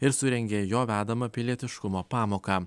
ir surengė jo vedamą pilietiškumo pamoką